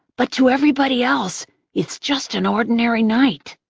but to everybody else it's just an ordinary night.